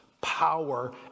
power